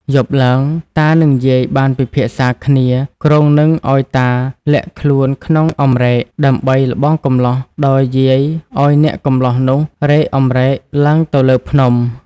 យប់ឡើង តានិងយាយបានពិភាក្សាគ្នា គ្រោងនឹងឱ្យតាលាក់ខ្លួនក្នុងអំរែក ដើម្បីល្បងកម្លោះ ដោយយាយឱ្យអ្នកកម្លោះនោះរែកអំរែកឡើងទៅលើភ្នំ។